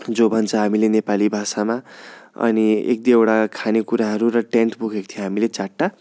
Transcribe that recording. जो भन्छ हामीले नेपाली भाषामा अनि एक दुईवटा खाने कुराहरू र टेन्ट बोकेको थियो हामीले चारवटा